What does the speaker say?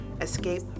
escape